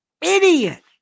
idiot